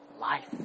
life